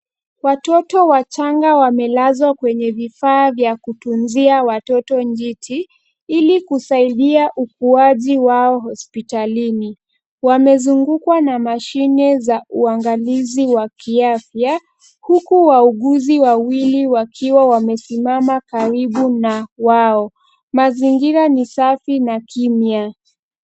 Watoto wachanga wamelazwa kwenye vifaa vya kutunzia watoto njiti ili kusaidia ukuaji wao hospitalini. Wamezungukwa na mashine za uangalizi wa kiafya huku wauguzi wawili wakiwa wamesimama karibu na wao. Mazingira ni safi na kimya.